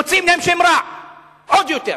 מוציאים להם שם רע עוד יותר.